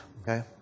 Okay